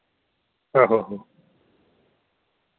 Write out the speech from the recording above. आहो आहो